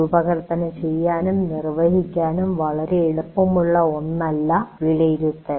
രൂപകൽപ്പന ചെയ്യാനും നിർവ്വഹിക്കാനും വളരെ എളുപ്പമുള്ള ഒന്നല്ല അല്ല വിലയിരുത്തൽ